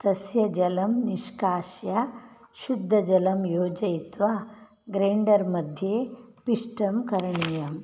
तस्य जलं निष्काश्य शुद्धजलं योजयित्वा ग्रेन्डर् मध्ये पिष्टं करणीयं